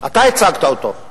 אתה הצגת אותו,